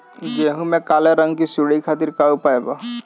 गेहूँ में काले रंग की सूड़ी खातिर का उपाय बा?